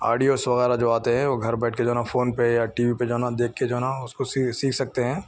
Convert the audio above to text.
audios وغیرہ جو آتے ہیں وہ گھر بیٹھ کے جو ہے نا فون پہ یا ٹی وی پہ جو ہے نا دیکھ کے جو ہے نا اس کو سی سیکھ سکتے ہیں